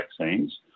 vaccines